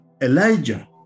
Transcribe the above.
Elijah